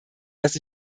das